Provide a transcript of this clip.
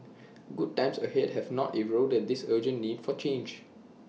good times ahead have not eroded this urgent need for change